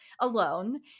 alone